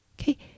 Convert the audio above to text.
Okay